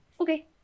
okay